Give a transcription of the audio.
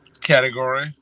category